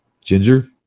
Ginger